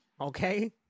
Okay